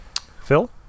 Phil